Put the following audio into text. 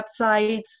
websites